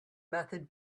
method